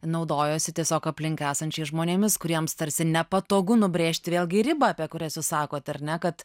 naudojosi tiesiog aplink esančiais žmonėmis kuriems tarsi nepatogu nubrėžti vėlgi ribą apie kurias jūs sakot ar ne kad